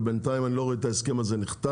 ובינתיים אני לא רואה את ההסכם הזה נחתם.